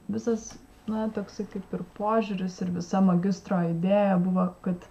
visas na toksai kaip ir požiūris ir visa magistro idėja buvo kad